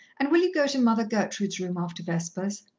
and will you go to mother gertrude's room after vespers?